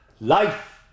life